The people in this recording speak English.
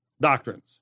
doctrines